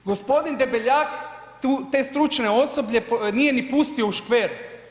G. Debeljak te stručne osobe nije ni pustio u škver.